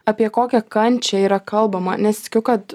apie kokią kančią yra kalbama nes tikiu kad